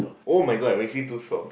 oh my god I am actually too soft